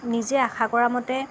নিজে আশা কৰা মতে